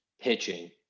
pitching